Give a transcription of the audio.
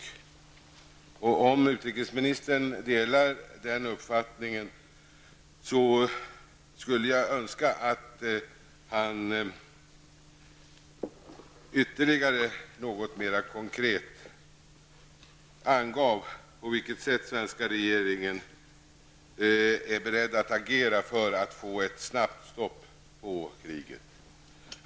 Om utrikesministern delar den uppfattningen skulle jag önska att han ytterligare något mera konkret angav på vilket sätt den svenska regeringen är beredd att agera för att få ett snabbt stopp på kriget.